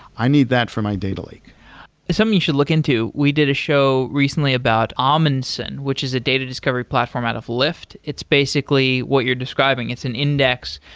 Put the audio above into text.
i need that for my data lake something um you should look into, we did a show recently about amundsen, which is a data discovery platform out of lyft. it's basically what you're describing, it's an index.